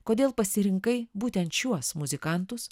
kodėl pasirinkai būtent šiuos muzikantus